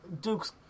Duke's